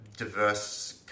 Diverse